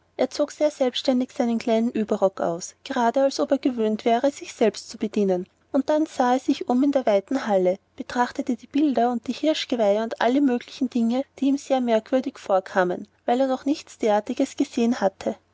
er zog sehr selbständig seinen kleinen ueberrock aus gerade als ob er gewöhnt wäre sich selbst zu bedienen und dann sah er sich um in der weiten halle betrachtete die bilder und die hirschgeweihe und alle möglichen dinge die ihm sehr merkwürdig vorkamen weil er noch nichts derartiges gesehen hatte